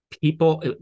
People